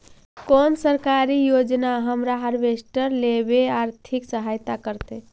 कोन सरकारी योजना हमरा हार्वेस्टर लेवे आर्थिक सहायता करतै?